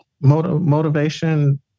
motivation